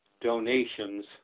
donations